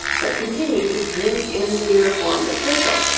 but continued to drink in the uniformed official,